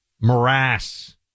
morass